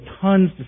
tons